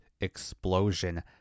explosion